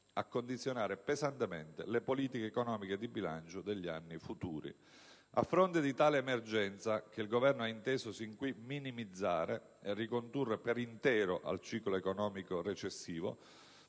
a condizionare pesantemente le politiche economiche e di bilancio degli anni futuri. A fronte di tale emergenza, che il Governo ha inteso sin qui minimizzare e ricondurre per intero al ciclo economico recessivo,